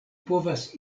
povas